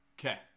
Okay